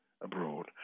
abroad